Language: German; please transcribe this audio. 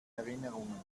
erinnerungen